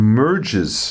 merges